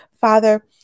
Father